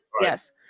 yes